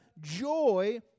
joy